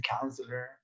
counselor